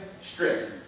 strip